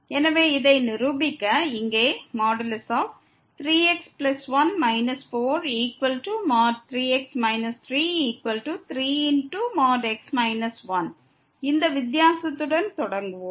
எனவே இதை நிரூபிக்க இங்கே 3x1 43x 33x 1 இந்த வித்தியாசத்துடன் தொடங்குவோம்